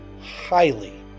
highly